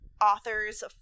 authors